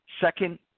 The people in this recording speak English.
Second